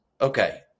Okay